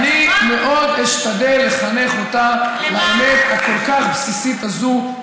אני מאוד אשתדל לחנך אותה לאמת הכל-כך בסיסית הזאת,